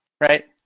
right